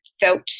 felt